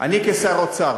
אני כשר האוצר,